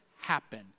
happen